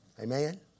Amen